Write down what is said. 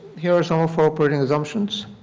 here are some operating assumptions.